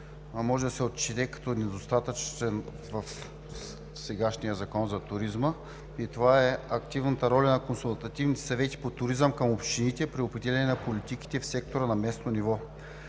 може да се отчете като недостатък в сегашния Закон за туризма. И това е активната роля на консултативните съвети по туризъм към общините при определяне на политиките в сектора на местно ниво.